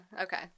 okay